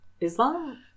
Islam